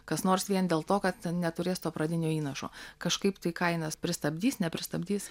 kas nors vien dėl to kad neturės to pradinio įnašo kažkaip tai kainas pristabdys nepristabdys